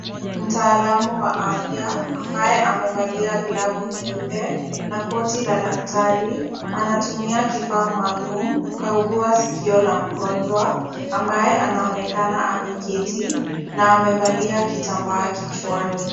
Mtaalamu wa afya ambaye amevalia glavu nyeupe na koti la daktari, anatumia kifaa maalum kukagua sikio la mgonjwa ambaye anaonekana ameketi na amevalia kitambaa kichwani.